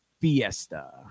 Fiesta